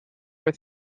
for